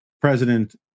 president